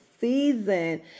season